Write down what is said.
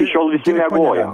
iki šiol visi miegojo